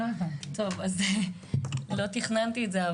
לא תכננתי את זה,